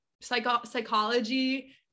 psychology